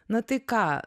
na tai ką